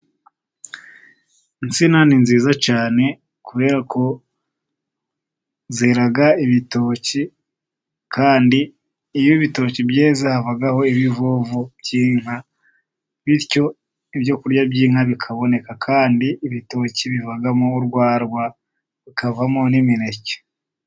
Insina ni nziza cyane kubera ko zera ibitoki, kandi iyo ibitoki byeze havaho ibivovo by'inka, bityo ibyo kurya by'inka bikaboneka. Kandi ibitoki bivamo urwagwa bikavamo n'imineke.